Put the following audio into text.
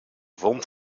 wond